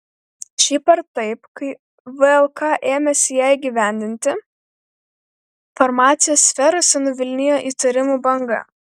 šiaip ar taip kai vlk ėmėsi ją įgyvendinti farmacijos sferose nuvilnijo įtarimų banga